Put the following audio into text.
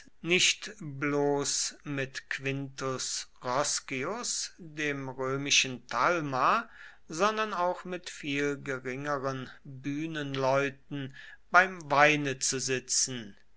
nicht bloß mit quintus roscius dem römischen talma sondern auch mit viel geringeren bühnenleuten beim weine zu sitzen